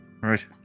Right